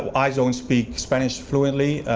i don't speak spanish fluently,